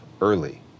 early